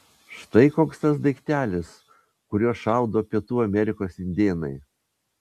štai koks tas daiktelis kuriuo šaudo pietų amerikos indėnai